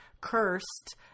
cursed